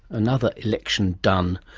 another election done.